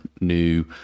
new